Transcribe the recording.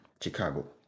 Chicago